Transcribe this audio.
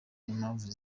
impamvu